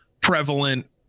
prevalent